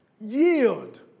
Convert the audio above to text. Yield